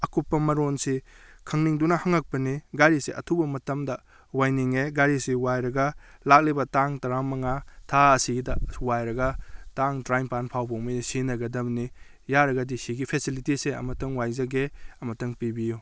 ꯑꯀꯨꯞꯄ ꯃꯔꯣꯟꯁꯤ ꯈꯪꯅꯤꯡꯗꯨꯅ ꯍꯪꯉꯛꯄꯅꯤ ꯒꯥꯔꯤꯁꯦ ꯑꯊꯨꯕ ꯃꯇꯝꯗ ꯋꯥꯏꯅꯤꯡꯉꯦ ꯒꯥꯔꯤꯁꯤ ꯋꯥꯏꯔꯒ ꯂꯥꯛꯂꯤꯕ ꯇꯥꯡ ꯇꯥꯔꯥꯃꯉꯥ ꯊꯥ ꯑꯁꯤꯒꯤꯗ ꯋꯥꯏꯔꯒ ꯇꯥꯡ ꯇꯥꯔꯥꯅꯤꯄꯥꯜ ꯐꯥꯎꯕ ꯁꯤꯖꯤꯟꯅꯒꯗꯕꯅꯤ ꯌꯥꯔꯒꯗꯤ ꯑꯁꯤꯒꯤ ꯐꯦꯁꯤꯂꯤꯇꯤꯁꯦ ꯑꯃꯇꯪ ꯋꯥꯏꯖꯒꯦ ꯑꯃꯇꯪ ꯄꯤꯕꯤꯌꯨ